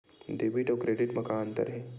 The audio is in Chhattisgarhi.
डेबिट अउ क्रेडिट म का अंतर हे?